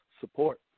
support